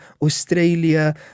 Australia